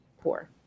poor